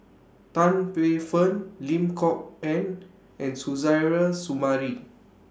Tan Paey Fern Lim Kok Ann and Suzairhe Sumari